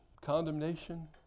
condemnation